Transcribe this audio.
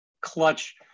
clutch